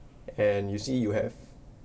and you see you have